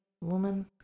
Woman